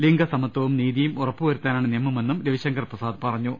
ലിംഗസമത്വവും നീതിയും ഉറപ്പുവരുത്താനാണ് നിയമ മെന്നും രവിശങ്കർ പ്രസാദ് പറഞ്ഞു